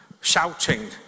shouting